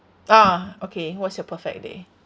ah okay what's your perfect day